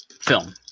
film